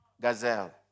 Gazelle